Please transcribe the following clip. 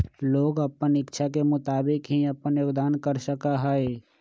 लोग अपन इच्छा के मुताबिक ही अपन योगदान कर सका हई